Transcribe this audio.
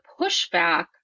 pushback